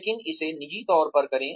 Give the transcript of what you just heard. लेकिन इसे निजी तौर पर करें